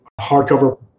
hardcover